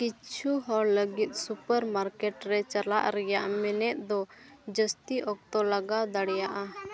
ᱠᱤᱪᱷᱩ ᱦᱚᱲ ᱞᱟᱹᱜᱤᱫ ᱥᱩᱯᱟᱨ ᱢᱟᱨᱠᱮᱴ ᱨᱮ ᱪᱟᱞᱟᱜ ᱨᱮᱭᱟᱜ ᱢᱮᱱᱮᱫ ᱫᱚ ᱡᱟᱹᱥᱛᱤ ᱚᱠᱛᱚ ᱞᱟᱜᱟᱣ ᱫᱟᱲᱮᱭᱟᱜᱼᱟ